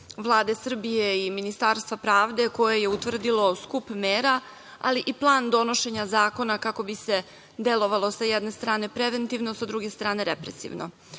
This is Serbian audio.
Vlade Srbije i Ministarstva pravde, koje je utvrdilo skup mera, ali i plan donošenja zakona kako bi se delovalo sa jedne strane preventivno, sa druge strane represivno. Na